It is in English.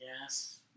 Yes